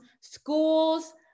schools